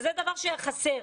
זה דבר שהיה חסר.